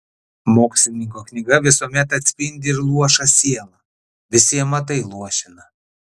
mokslininko knyga visuomet atspindi ir luošą sielą visi amatai luošina